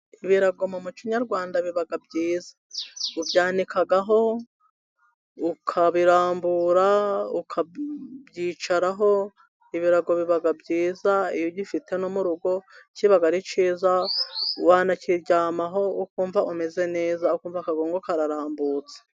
Ibirago mu muco nyarwanda biba byiza. Ubyanikaho, ukabirambura ukabyicaraho, ibirago biba byiza, iyo ugifite no mu rugo kiba ari cyiza, wanakiryamaho, ukumva umeze neza, ukumva akagongo karambutse.